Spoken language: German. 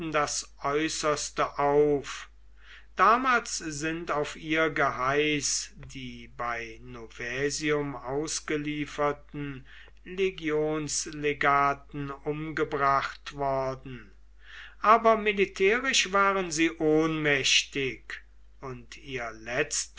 das äußerste auf damals sind auf ihr geheiß die bei novaesium ausgelieferten legionslegaten umgebracht worden aber militärisch waren sie ohnmächtig und ihr